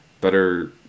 better